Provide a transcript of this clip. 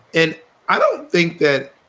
and i don't think that.